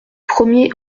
premier